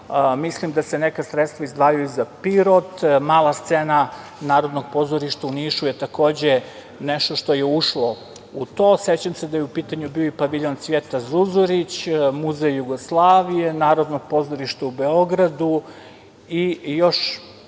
mislim da se neka sredstva izdvajaju za Pirot, Mala scena Narodnog pozorišta u Nišu je takođe nešto što je ušlo u to.Sećam se da je u pitanju bio i Paviljon Cvijeta Zuzorić, muzej Jugoslavije, Narodno pozorište u Beogradu i još